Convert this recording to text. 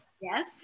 Yes